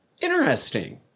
interesting